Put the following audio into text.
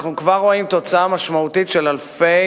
אנחנו כבר רואים תוצאה משמעותית של אלפי